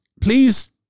Please